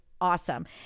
awesome